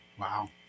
Wow